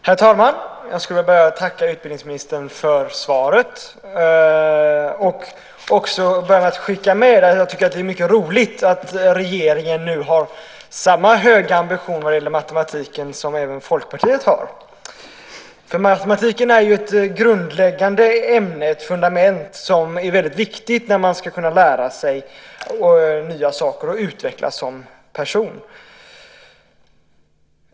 Herr talman! Jag skulle vilja börja med att tacka utbildningsministern för svaret och skicka med att det är mycket roligt att regeringen nu har samma höga ambition vad gäller matematiken som Folkpartiet har. Matematiken ju ett grundläggande ämne, ett fundament, som är väldigt viktigt för att man ska kunna lära sig nya saker och utvecklas som person.